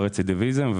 הקואליציוניים.